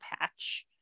patch